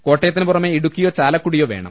കോട്ടയത്തിന് പുറമെ ഇടുക്കിയോ ചാലക്കുടിയോ വേണം